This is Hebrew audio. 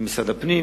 למשרד הפנים.